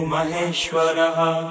Maheshwaraha